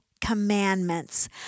commandments